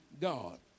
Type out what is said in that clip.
God